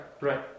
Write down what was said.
right